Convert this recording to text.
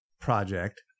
project